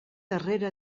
darrere